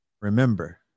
Remember